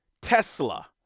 Tesla